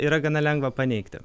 yra gana lengva paneigti